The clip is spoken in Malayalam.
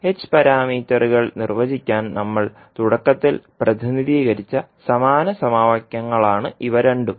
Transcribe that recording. h പാരാമീറ്ററുകൾ നിർവചിക്കാൻ നമ്മൾ തുടക്കത്തിൽ പ്രതിനിധീകരിച്ച സമാന സമവാക്യങ്ങളാണ് ഇവ രണ്ടും